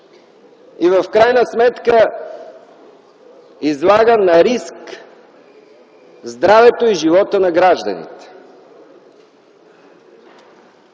и в крайна сметка излага на риск здравето и живота на гражданите.